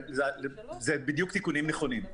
זה בדיוק תיקונים נכונים.